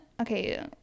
okay